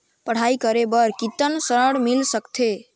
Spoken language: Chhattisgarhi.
पढ़ाई करे बार कितन ऋण मिल सकथे?